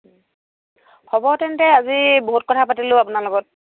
হ'ব তেন্তে আজি বহুত কথা পাতিলোঁ আপোনাৰ লগত